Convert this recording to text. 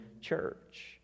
church